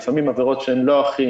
לפעמים עבירות שהן לא הכי